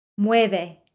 Mueve